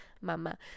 Mama